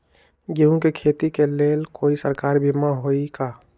गेंहू के खेती के लेल कोइ सरकारी बीमा होईअ का?